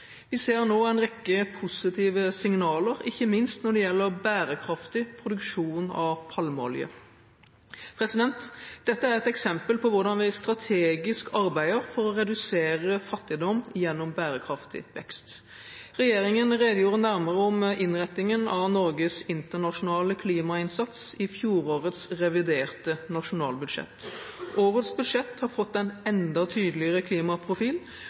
Vi ser nå en rekke positive signaler, ikke minst når det gjelder bærekraftig produksjon av palmeolje. Dette er et eksempel på hvordan vi strategisk arbeider for å redusere fattigdom gjennom bærekraftig vekst. Regjeringen redegjorde nærmere om innretningen av Norges internasjonale klimainnsats i fjorårets reviderte nasjonalbudsjett. Årets budsjett har fått en enda tydeligere klimaprofil,